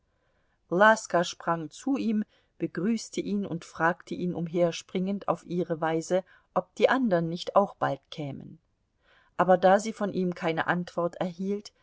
laska sprang zu ihm begrüßte ihn und fragte ihn umherspringend auf ihre weise ob die andern nicht auch bald kämen aber da sie von ihm keine antwort erhielt